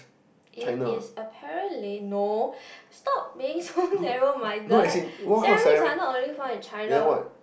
it is apparently no stop being so narrow minded ceramics are not only found in China